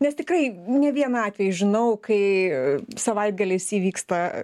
nes tikrai ne vieną atvejį žinau kai savaitgaliais įvyksta